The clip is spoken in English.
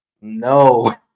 No